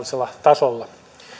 tasolla